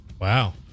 Wow